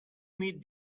meet